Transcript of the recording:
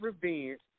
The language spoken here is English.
revenge